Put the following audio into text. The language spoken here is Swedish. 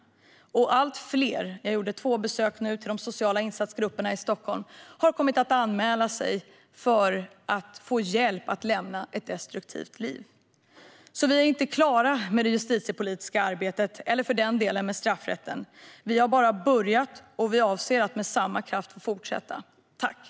Jag har gjort två besök vid de sociala insatsgrupperna i Stockholm, och allt fler har kommit att anmäla sig för att få hjälp att lämna ett destruktivt liv. Vi är inte klara med det justitiepolitiska arbetet eller för den delen med straffrätten. Vi har bara börjat, och vi avser att fortsätta med samma kraft.